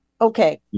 okay